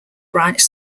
branch